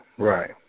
Right